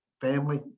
family